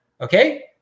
Okay